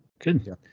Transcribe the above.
good